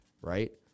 right